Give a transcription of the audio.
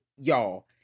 y'all